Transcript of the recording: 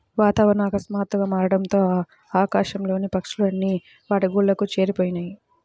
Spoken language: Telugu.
వాతావరణం ఆకస్మాతుగ్గా మారడంతో ఆకాశం లోని పక్షులు అన్ని వాటి గూళ్లకు చేరిపొయ్యాయి